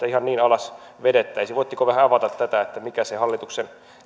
alas vedettäisi voitteko vähän avata tätä että mikä se hallituksen